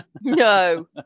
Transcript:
No